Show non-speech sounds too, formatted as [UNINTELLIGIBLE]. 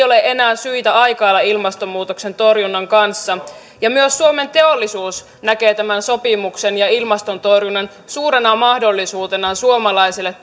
[UNINTELLIGIBLE] ole enää syitä aikailla ilmastonmuutoksen torjunnan kanssa myös suomen teollisuus näkee tämän sopimuksen ja ilmastonmuutoksen torjunnan suurena mahdollisuutena suomalaiselle [UNINTELLIGIBLE]